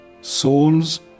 souls